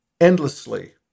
endlessly